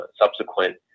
subsequent